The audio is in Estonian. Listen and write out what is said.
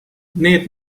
need